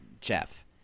Jeff